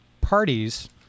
parties